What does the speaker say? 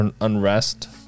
unrest